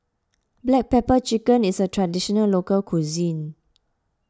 Black Pepper Chicken is a Traditional Local Cuisine